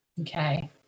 Okay